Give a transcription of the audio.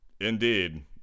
indeed